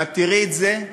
ואת תראי את זה.